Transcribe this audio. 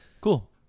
Cool